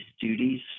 duties